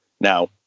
Now